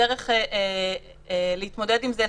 שנתנו פה מענה לדרך להתמודד עם זה.